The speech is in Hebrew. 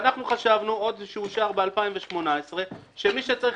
ואנחנו חשבנו עוד כשאושר ב-2018 שמי שצריך